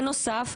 בנוסף,